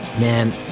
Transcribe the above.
Man